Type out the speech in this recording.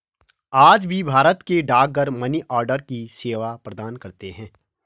आज भी भारत के डाकघर मनीआर्डर की सेवा प्रदान करते है